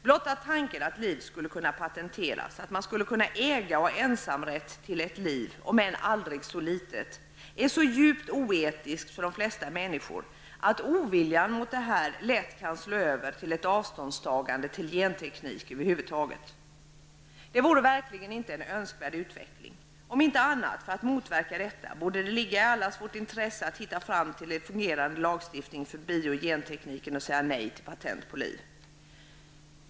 Blotta tanken att liv skulle kunna patenteras, att man skulle kunna äga och ha ensamrätt till ett liv, om än aldrig så litet, är så djupt oetisk för de flesta människor att oviljan mot något sådant lätt kan slå över till ett avståndstagande till genteknik över huvud taget. Det vore verkligen inte en önskvärd utveckling. Om inte annat än för att motverka detta, borde det ligga i allas vårt intresse att hitta fram till fungerande lagstiftning för bio och gentekniken och säga nej till patent på liv.